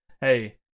hey